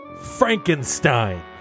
Frankenstein